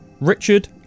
Richard